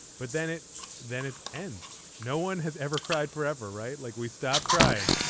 but then it then it ends. no one has ever cried forever. right. like we stop crying.